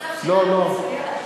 המצב שלנו מצוין.